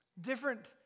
different